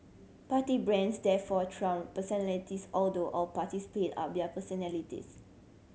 party brands therefore trumped personalities although all parties played up their personalities